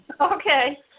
Okay